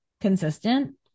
consistent